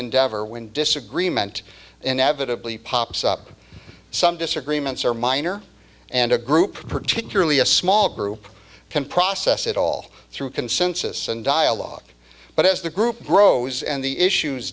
endeavor when disagreement inevitably pops up some disagreements are minor and a group particularly a small group can process it all through consensus and dialogue but as the group grows and the issues